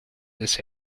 this